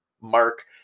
mark